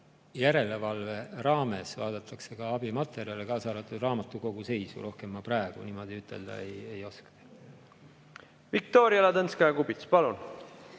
järelevalve raames vaadatakse ka abimaterjale, kaasa arvatud raamatukogu seisu. Rohkem ma praegu niimoodi ütelda ei oska. Viktoria Ladõnskaja-Kubits, palun!